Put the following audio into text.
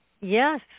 Yes